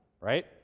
right